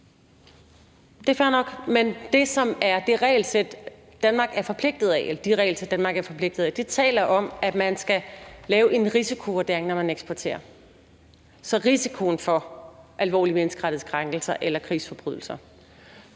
Det er fair nok. Men de regelsæt, som Danmark er forpligtet af, taler om, at man skal lave en risikovurdering, når man eksporterer, altså risikoen for alvorlige menneskerettighedskrænkelser eller krigsforbrydelser.